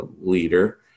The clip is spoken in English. leader